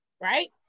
right